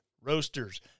Roasters